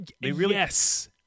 yes